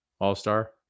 all-star